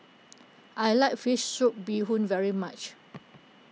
I like Fish Soup Bee Hoon very much